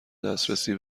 دسترسی